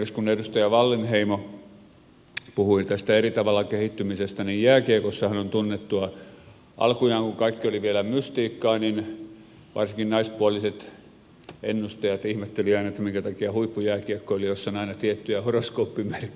esimerkiksi kun edustaja wallinheimo puhui tästä eri tavalla kehittymisestä niin jääkiekossahan on tunnettua se että alkujaan kun kaikki oli vielä mystiikkaa niin varsinkin naispuoliset ennustajat ihmettelivät aina minkä takia huippujääkiekkoilijoissa on aina tiettyjä horoskooppimerkkejä